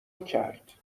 کرد